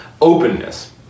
openness